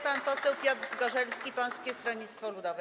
Pan poseł Piotr Zgorzelski, Polskie Stronnictwo Ludowe.